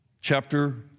chapter